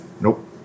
Nope